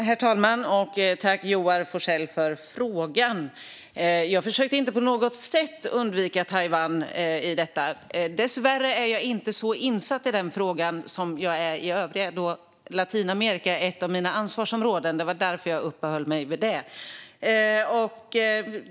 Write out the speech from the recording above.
Herr talman! Jag tackar Joar Forssell för frågan. Jag försökte inte på något sätt undvika Taiwan i detta. Dessvärre är jag inte så insatt i den frågan som jag är i övriga frågor. Latinamerika är ett av mina ansvarsområden; det var därför jag uppehöll mig vid det.